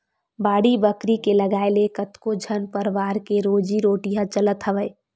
बाड़ी बखरी के लगाए ले कतको झन परवार के रोजी रोटी ह चलत हवय